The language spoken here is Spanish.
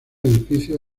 edificios